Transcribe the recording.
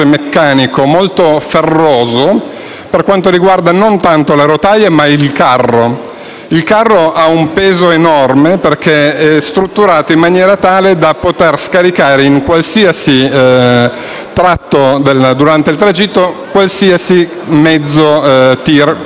per quanto riguarda non tanto le rotaie, ma il carro. Il carro ha un peso enorme, perché è strutturato in maniera tale da poter scaricare in qualsiasi tratto, durante il tragitto, qualsiasi mezzo e TIR caricato.